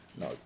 No